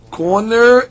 corner